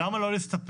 למה לא להסתפק